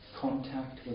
Contact